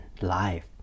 life